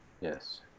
Yes